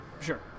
Sure